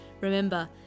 Remember